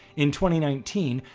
in twenty nineteen,